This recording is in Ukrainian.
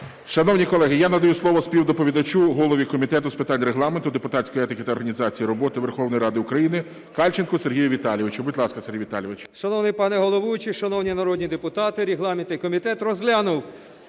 Шановні колеги, я надаю слово співдоповідачу голові Комітету з питань Регламенту, депутатської етики та організації роботи Верховної Ради України Кальченку Сергію Віталійовичу. Будь ласка, Сергій Віталійович. 14:31:57 КАЛЬЧЕНКО С.В. Шановний пане головуючий, шановні народні депутати, регламентний комітет розглянув